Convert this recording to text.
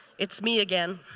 it's me again.